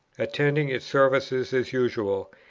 attending its services as usual,